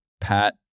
Pat